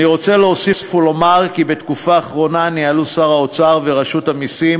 אני רוצה להוסיף ולומר שבתקופה האחרונה ניהלו שר האוצר ורשות המסים